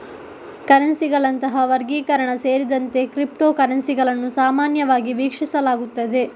ಕರೆನ್ಸಿಗಳಂತಹ ವರ್ಗೀಕರಣ ಸೇರಿದಂತೆ ಕ್ರಿಪ್ಟೋ ಕರೆನ್ಸಿಗಳನ್ನು ಸಾಮಾನ್ಯವಾಗಿ ವೀಕ್ಷಿಸಲಾಗುತ್ತದೆ